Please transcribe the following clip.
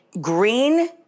green